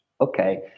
Okay